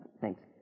Thanks